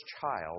child